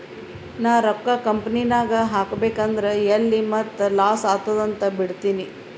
ನಾ ರೊಕ್ಕಾ ಕಂಪನಿನಾಗ್ ಹಾಕಬೇಕ್ ಅಂದುರ್ ಎಲ್ಲಿ ಮತ್ತ್ ಲಾಸ್ ಆತ್ತುದ್ ಅಂತ್ ಬಿಡ್ತೀನಿ